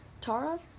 Tara